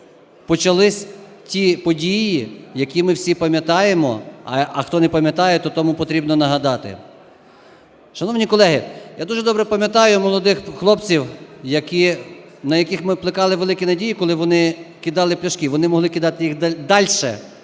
почалися ті події, які ми всі пам'ятаємо, а хто не пам'ятає, то тому потрібно нагадати. Шановні колеги, я дуже добре пам'ятаю молодих хлопців, які, на яких ми плекали великі надії, коли вони кидали пляшки. Вони могли кидати їх дальше